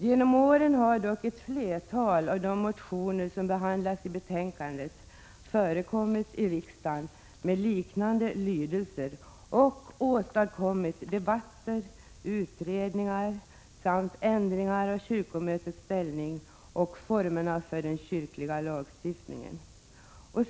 Genom åren har dock ett flertal motioner av liknande lydelse som de som behandlas i betänkandet åstadkommit debatter och utredningar samt ändringar av kyrkomötets ställning och formerna för den kyrkliga lagstiftningen.